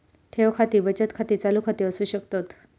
ठेव खाती बचत खाती, चालू खाती असू शकतत